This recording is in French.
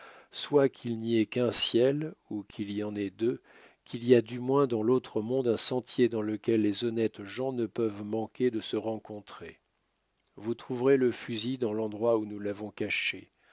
soit qu'il n'y ait qu'un ciel ou qu'il y en ait deux qu'il y a du moins dans l'autre monde un sentier dans lequel les honnêtes gens ne peuvent manquer de se rencontrer vous trouverez le fusil dans l'endroit où nous l'avons caché